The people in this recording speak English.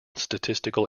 statistical